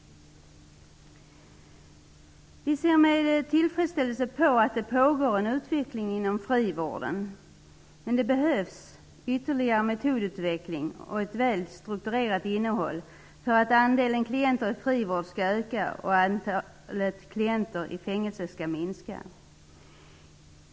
Vi ser med tillfredsställelse på att det pågår en utveckling inom frivården. Men det behövs ytterligare metodutveckling och ett väl strukturerat innehåll för att andelen klienter i frivård skall öka och antalet klienter i fängelse skall minska.